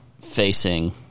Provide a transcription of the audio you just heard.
facing